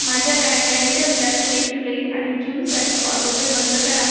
माझ्या लँडलाईनच्या बिलासाठी जुलै आणि जूनसाठी ऑटोपे बंद करा